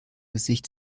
gesicht